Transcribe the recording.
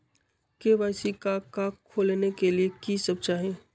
KYC का का खोलने के लिए कि सब चाहिए?